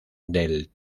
del